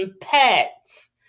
pets